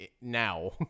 now